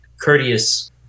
courteous